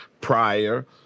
prior